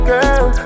Girl